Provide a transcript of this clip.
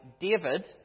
David